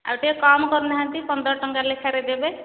ଆଉ ଟିକିଏ କମ୍ କରୁନାହାନ୍ତି ପନ୍ଦର ଟଙ୍କା ଲେଖାରେ ଦେବେ